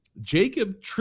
Jacob